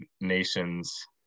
nations